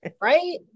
Right